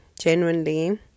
genuinely